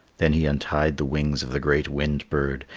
then he untied the wings of the great wind bird,